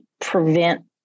prevent